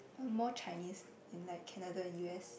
more Chinese in like Canata and u_s